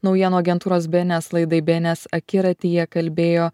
naujienų agentūros bns laidai bns akiratyje kalbėjo